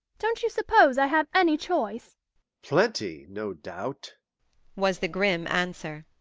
don't you suppose i have any choice plenty, no doubt was the grim answer.